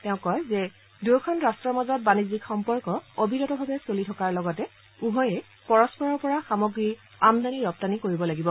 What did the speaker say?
তেওঁ কয় যে দুয়োখন ৰট্টৰ মাজত বাণিজ্যিক সম্পৰ্ক অবিৰতভাৱে চলি থকাৰ লগতে উভয়ে পৰস্পৰৰ পৰা সামগ্ৰিক আমদানি ৰপ্তানি কৰিব লাগিব